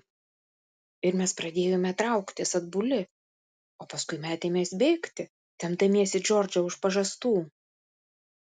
ir mes pradėjome trauktis atbuli o paskui metėmės bėgti tempdamiesi džordžą už pažastų